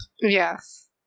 yes